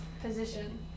position